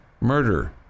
Murder